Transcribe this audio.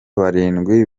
barindwi